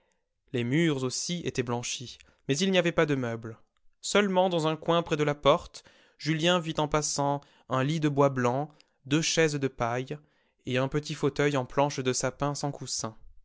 les murs aussi étaient blanchis mais il n'y avait pas de meubles seulement dans un coin près de la porte julien vit en passant un lit de bois blanc deux chaises de paille et un petit fauteuil en planches de sapin sans coussin